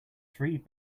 three